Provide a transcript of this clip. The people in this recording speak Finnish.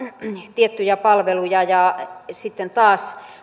tiettyjä palveluja että niin että sitten taas